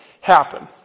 happen